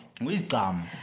Wisdom